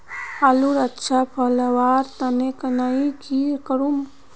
आलूर अच्छा फलवार तने नई की करूम?